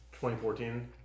2014